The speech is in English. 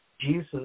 Jesus